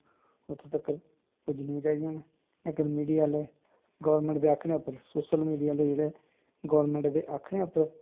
ओह् उत्थें तक्कर पुज्जनियां चाहिदियां न लेकिन मीडिया आह्ले गौरमैंट दे आखने उप्पर सोशल मीडिया आह्ले जेह्ड़े गौरमैंट दे आक्खने उप्पर